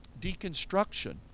deconstruction